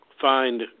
find